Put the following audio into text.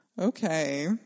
okay